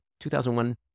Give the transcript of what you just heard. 2001